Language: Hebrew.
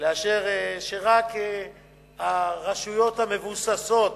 לאשר רק לגבי הרשויות המבוססות,